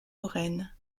lorraine